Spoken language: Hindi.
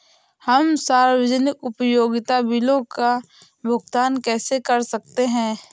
हम सार्वजनिक उपयोगिता बिलों का भुगतान कैसे कर सकते हैं?